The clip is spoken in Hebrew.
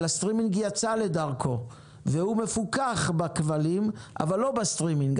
אבל הסטרימינג יצא לדרכו והוא מפוקח בכבלים אבל לא בסטרימינג.